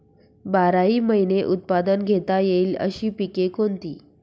बाराही महिने उत्पादन घेता येईल अशी पिके कोणती?